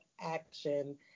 action